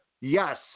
Yes